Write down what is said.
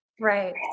right